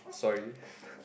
sorry